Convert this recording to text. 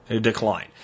decline